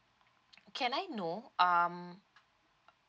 can I know um